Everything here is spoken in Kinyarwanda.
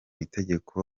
itegeko